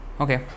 okay